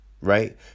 right